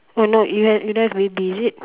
oh no you have you don't have baby is it